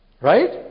Right